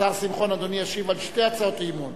השר שמחון, אדוני ישיב על שתי הצעות האי-אמון: